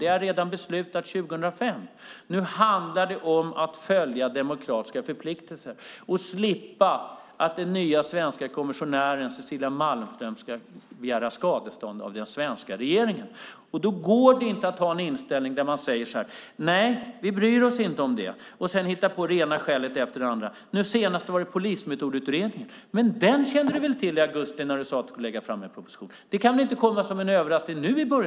Det är redan beslutat 2005. Det handlar om att följa demokratiska förpliktelser och om att slippa att den nya svenska kommissionären Cecilia Malmström begär skadestånd av den svenska regeringen. Då går det inte att ha inställningen att man inte bryr sig om det och sedan hitta på det ena skälet efter det andra. Nu senast var det Polismetodutredningen. Den måste du ha känt till i augusti när du sade att du skulle lägga fram en proposition, Beatrice Ask. Den kan väl inte komma som en överraskning nu.